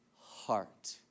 heart